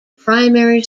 primary